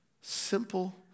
Simple